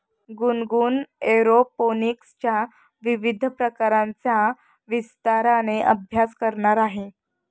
गुनगुन एरोपोनिक्सच्या विविध प्रकारांचा विस्ताराने अभ्यास करणार आहे